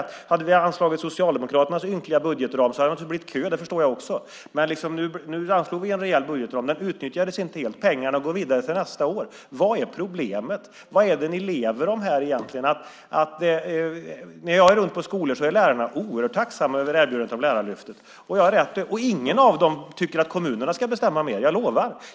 Hade vi anslagit Socialdemokraternas ynkliga budgetram hade det blivit kö. Det förstår jag också. Men nu anslog vi en rejäl budgetram. Den utnyttjades inte helt. Pengarna går vidare till nästa år. Vad är problemet? Vad är det ni egentligen lever om för? När jag reser runt och är ute på skolor är lärarna oerhört tacksamma för erbjudandet om Lärarlyftet. Ingen av dem tycker att kommunerna ska bestämma mer - jag lovar!